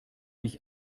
mich